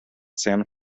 san